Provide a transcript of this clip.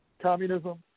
communism